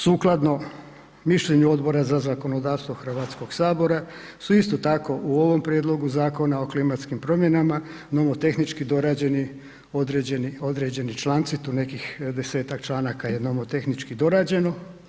Sukladno mišljenju Odbora za zakonodavstvo HS-a su isto tako, u ovom prijedlogu zakona o klimatskim promjenama nomotehnički dorađeni određeni članci, tu nekih 10-tak članaka je nomotehnički dorađeno.